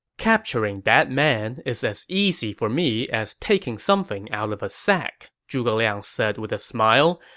capturing that man is as easy for me as taking something out of a sack, zhuge liang said with a smile,